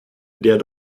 der